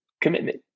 Commitment